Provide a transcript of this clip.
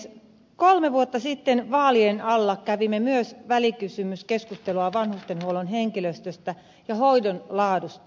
kolme vuotta sitten vaalien alla kävimme myös välikysymyskeskustelua vanhustenhuollon henkilöstöstä ja hoidon laadusta